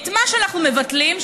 מה שאנחנו מבטלים,